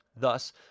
Thus